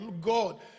God